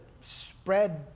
spread